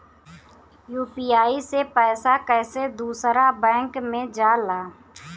UPI से पैसा कैसे दूसरा बैंक मे जाला?